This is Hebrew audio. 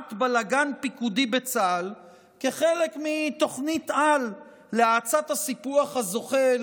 לזריעת בלגן פיקודי בצה"ל כחלק מתוכנית-על להאצת הסיפוח הזוחל